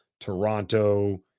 Toronto